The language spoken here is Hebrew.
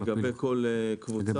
לגבי כל קבוצה?